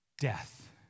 Death